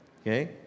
Okay